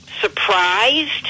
surprised